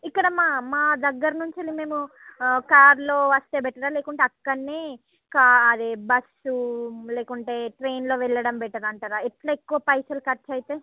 ఇక్కడ మా మా దగ్గర నుంచి మేము కార్లో వస్తే బెటరా లేకుంటే అక్కడ్నే కా అదే బస్సు లేకుంటే ట్రైన్లో వెళ్ళడం బెటర్ అంటారా ఎట్ల ఎక్కువ పైసలు ఖర్చు అవుతాయి